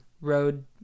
road